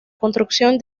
construcción